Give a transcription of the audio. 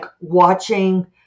watching